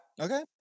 Okay